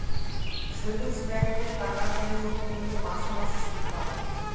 savings ব্যাঙ্কে টাকা বিনিয়োগ করলে মাসে মাসে শুদ পাবে